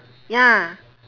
ya